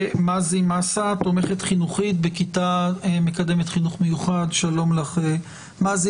מזי מסה תומכת חינוכית בכיתה מקדמת חינוך מיוחד שלום לך מזי.